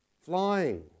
Flying